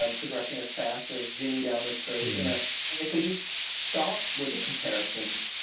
um progressing as fast as jimmy down the street you know, and if we just stopped with the comparisons,